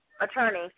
attorney